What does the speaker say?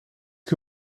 que